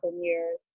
years